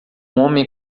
homem